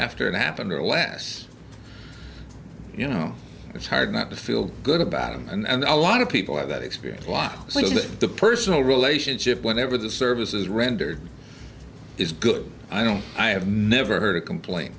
after it happened or less you know it's hard not to feel good about it and a lot of people have that experience a lot of the personal relationship whenever the services rendered it's good i don't i have never heard a complaint